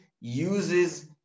uses